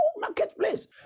marketplace